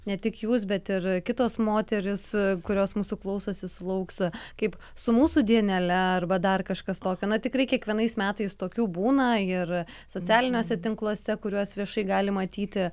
ne tik jūs bet ir kitos moterys kurios mūsų klausosi sulauks kaip su mūsų dienele arba dar kažkas tokio na tikrai kiekvienais metais tokių būna ir socialiniuose tinkluose kuriuos viešai galim matyti